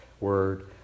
word